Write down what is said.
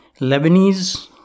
Lebanese